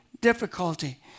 difficulty